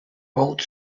both